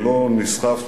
ולא נסחף,